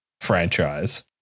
franchise